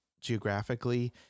geographically